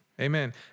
amen